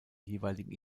jeweiligen